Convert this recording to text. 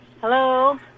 Hello